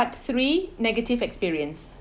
part three negative experience